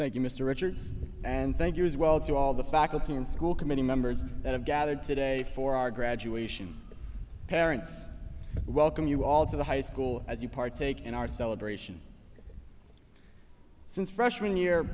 thank you mr richards and thank you as well to all the faculty and school committee members that have gathered today for our graduation parents welcome you all to the high school as you partake in our celebration since freshman year